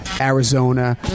Arizona